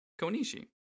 Konishi